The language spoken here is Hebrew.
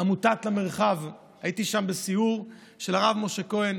עמותת למרחב, הייתי שם בסיור, של הרב משה כהן.